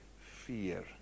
fear